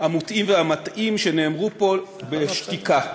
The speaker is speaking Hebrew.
המוטעים והמטעים, שנאמרו פה, בשתיקה.